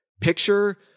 picture